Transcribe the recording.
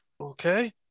Okay